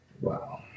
Wow